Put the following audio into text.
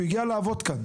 הוא הגיע לעבוד כאן.